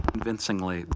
Convincingly